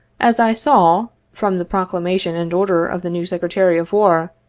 as i saw, from the proclamation and order of the new secretary of war,